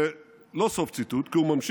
זה לא סוף ציטוט, כי הוא ממשיך: